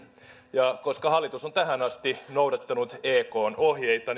ja koska hallitus on tähän asti noudattanut ekn ohjeita